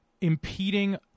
impeding